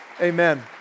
Amen